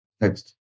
Next